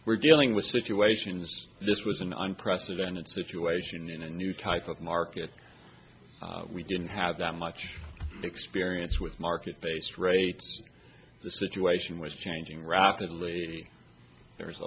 we're dealing with situations this was an unprecedented situation in a new type of market we didn't have that much experience with market based rates the situation was changing rapidly there